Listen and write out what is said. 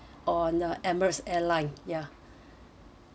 on uh emirates airline ya